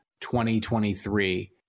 2023